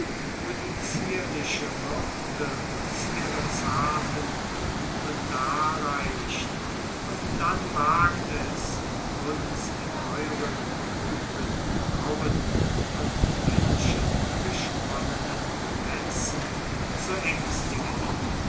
wo die zierliche myrte uns ihre zarten blumen darreicht und dann wagt es uns mit euren trüben grauen von menschen gesponnenen netzen zu ängstigen